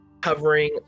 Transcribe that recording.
covering